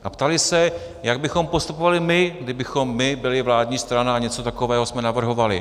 A ptali se, jak bychom postupovali my, kdybychom byli vládní strana a něco takového navrhovali.